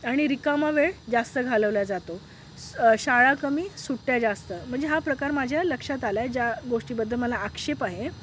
आणि रिकामा वेळ जास्त घालवला जातो शाळा कमी सुट्ट्या जास्त म्हणजे हा प्रकार माझ्या लक्षात आला आहे ज्या गोष्टीबद्दल मला आक्षेप आहे